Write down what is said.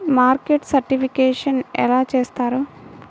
Market certification ఎలా చేస్తారు?